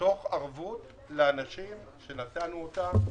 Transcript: תוך ערבות לאנשים שנתנו אותה,